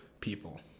people